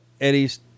Eddie's